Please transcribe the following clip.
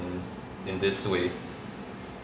in this way